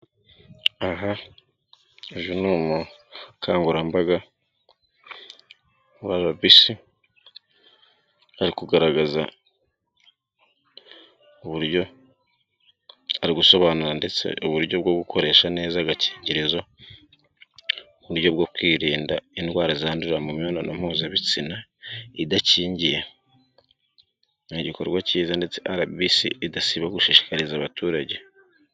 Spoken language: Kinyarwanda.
Aha uyu ni umukangurambaga wa rbc ari kugaragaza uburyo ari gusobanura ndetse uburyo bwo gukoresha neza agakingirizo, uburyo bwo kwirinda indwara zandurira mu mibonano mpuzabitsina idakingiye, ni igikorwa cyiza ndetse rbc idasiba gushishikariza abaturage.